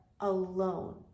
alone